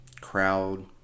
crowd